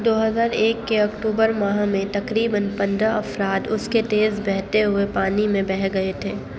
دو ہزار ایک کے اکتوبر ماہ میں تقریبا پندرہ افراد اس کے تیز بہتے ہوئے پانی میں بہہ گئے تھے